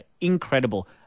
Incredible